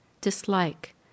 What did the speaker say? dislike